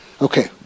Okay